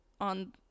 on